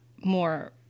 more